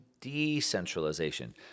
decentralization